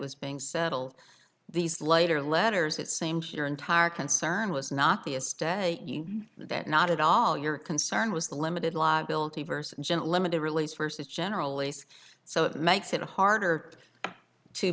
was being settled these later letters that same shit or entire concern was not the a stay that not at all your concern was the limited liability verse in general limited release versus general lease so it makes it harder to